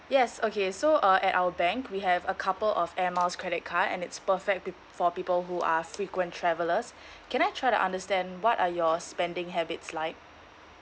yes okay so uh at our bank we have a couple of air miles credit card and it's perfect peo~ for people who are frequent travelers can I try to understand what are your spending habits like